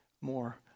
more